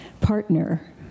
partner